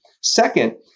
Second